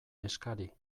eskari